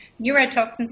neurotoxins